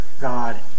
God